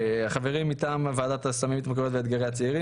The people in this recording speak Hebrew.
החברים מטעם ועדת הסמים, התמכרויות ואתגרי הצעירים